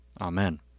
Amen